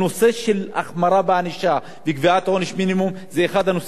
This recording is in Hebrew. אחד הנושאים שיכולים לטפל ולעזור בנושא של פגע-וברח.